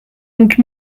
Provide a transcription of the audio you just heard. donc